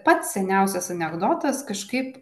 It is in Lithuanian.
pats seniausias anekdotas kažkaip